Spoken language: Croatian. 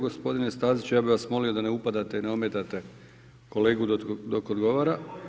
Gospodine Staziću ja bih vas molio da ne upadate, ne ometate kolegu dok odgovara.